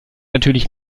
natürlich